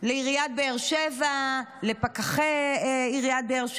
לעיריית באר שבע, לפקחי עיריית באר שבע?